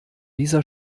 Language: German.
dieser